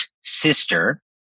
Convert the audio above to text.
sister